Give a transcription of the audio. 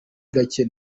gake